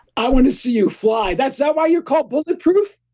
i want to see you fly. that's not why you're called bulletproof?